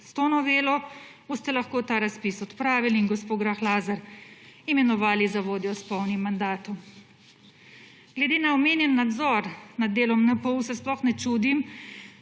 S to novelo boste lahko ta razpis odpravili in gospo Grah Lazar imenovali za vodjo s polni mandatom. Glede na omenjeni nadzor nad delom NPU se sploh ne čudim,